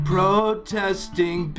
Protesting